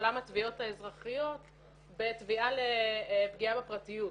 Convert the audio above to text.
בעולם התביעות האזרחיות בתביעה לפגיעה בפרטיות.